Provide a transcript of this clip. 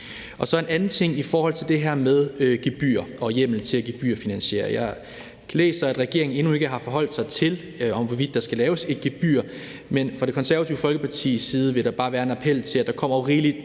er der en anden ting, og det er det her med gebyrer og hjemmel til at gebyrfinansiere. Jeg kan læse, at regeringen endnu ikke har forholdt sig til, om der skal laves et gebyr, men fra Det Konservative Folkepartis side vil der bare være en appel. Der kommer rigeligt